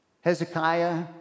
Hezekiah